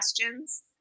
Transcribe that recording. questions